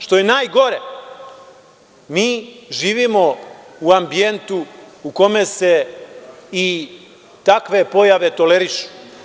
Što je najgore mi živimo u ambijentu u kome se i takve pojave tolerišu.